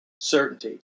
certainty